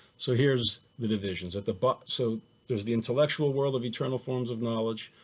so here's the divisions at the but so there's the intellectual world of eternal forms of knowledge.